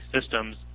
systems